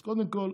אז קודם כול,